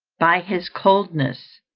by his coldness,